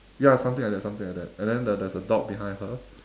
ya something like that something like that and then there there's a dog behind her